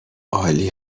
عالی